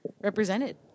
represented